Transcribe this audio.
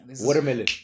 Watermelon